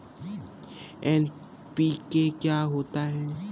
NPK क्या होता है?